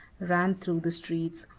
ran through the streets,